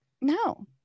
No